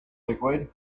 liquid